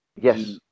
Yes